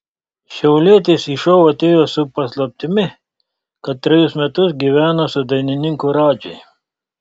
šiaulietis į šou atėjo su paslaptimi kad trejus metus gyveno su dainininku radži